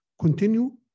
continue